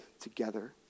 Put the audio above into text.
together